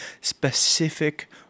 specific